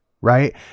Right